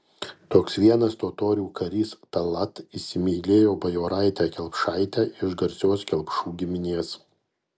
toks vienas totorių karys tallat įsimylėjo bajoraitę kelpšaitę iš garsios kelpšų giminės